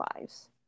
lives